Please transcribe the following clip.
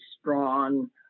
strong